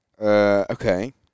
Okay